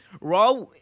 Raw